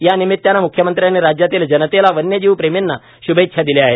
यानिमित्तानं मुख्यमंत्र्यांनी राज्यातील जनतेला वन्यजीव प्रेमींना श्भेच्छा दिल्या आहेत